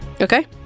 Okay